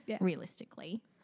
Realistically